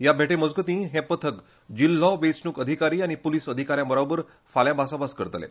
ह्या भेटे मजगती हे पथक जिल्हो वेचणुक अधिकारी आनी पुलिस अधिकाऱ्यांबरोबर फाल्या भासाभास करतले